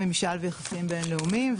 ממשל ויחסים בינלאומיים,